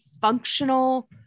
functional